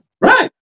Right